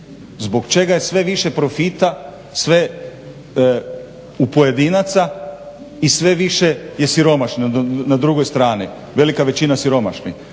Zbog čega je sve više profita, sve u pojedinaca i sve više je siromašnih na drugoj strani? Velika većina siromašnih.